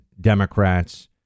Democrats